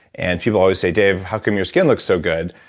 and people always say, dave, how come your skin looks so good?